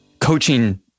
coaching